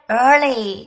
early